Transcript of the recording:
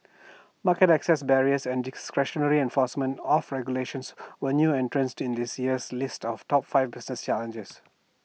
market access barriers and discretionary enforcement of regulations were new entrants in this year's list of top five business challenges